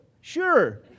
Sure